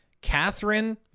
Catherine